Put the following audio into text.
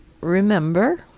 remember